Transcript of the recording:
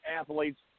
athletes